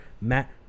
Matt